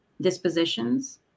dispositions